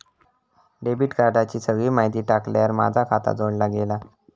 debit कार्डाची सगळी माहिती टाकल्यार माझा खाता जोडला गेला